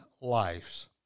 lives